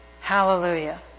Hallelujah